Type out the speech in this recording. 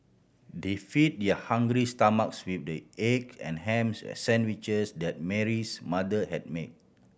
they fed their hungry stomachs with the egg and ham sandwiches that Mary's mother had made